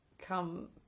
come